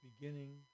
beginning